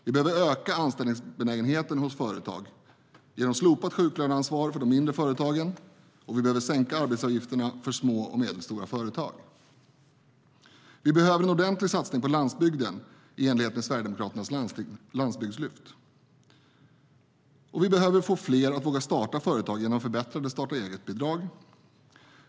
Vi behöver öka anställningsbenägenheten hos företag genom slopat sjuklöneansvar för de mindre företagen, och vi behöver sänka arbetsgivaravgifterna för små och medelstora företag. Vi behöver en ordentlig satsning på landsbygden i enlighet med Sverigedemokraternas landsbygdslyft. Vi behöver få fler att våga starta företag genom förbättrade starta-eget-bidrag.